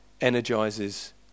energizes